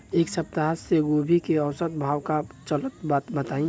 एक सप्ताह से गोभी के औसत भाव का चलत बा बताई?